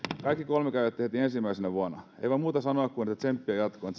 kaikki kolme käytätte heti ensimmäisenä vuonna ei voi muuta sanoa kuin että tsemppiä jatkoon